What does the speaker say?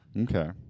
Okay